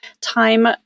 time